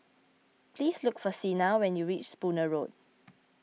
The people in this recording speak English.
please look for Sina when you reach Spooner Road